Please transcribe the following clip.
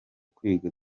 kwiga